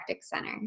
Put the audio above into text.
center